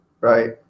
right